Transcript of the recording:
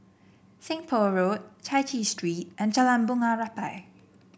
Seng Poh Road Chai Chee Street and Jalan Bunga Rampai